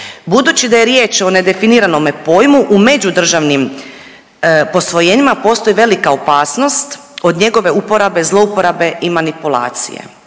Budući da je riječ o nedefiniranome pojmu u međudržavnim posvojenjima postoji velika opasnost od njegove uporabe, zlouporabe i manipulacije,